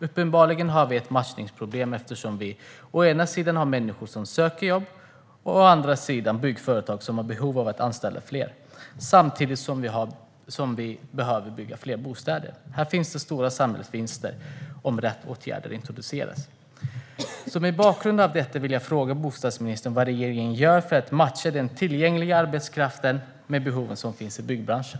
Uppenbarligen har vi ett matchningsproblem, eftersom vi å ena sidan har människor som söker jobb och å andra sidan har byggföretag som har behov av att anställa fler. Samtidigt behöver vi bygga fler bostäder. Här finns det stora samhällsvinster om rätt åtgärder introduceras. Mot bakgrund av detta vill jag fråga bostadsministern vad regeringen gör för att matcha den tillgängliga arbetskraften med de behov som finns i byggbranschen.